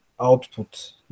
output